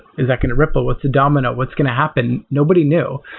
is that going to ripple with the domino? what's going to happen? nobody knew.